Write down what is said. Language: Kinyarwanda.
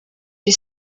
iri